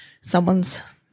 someone's